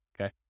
okay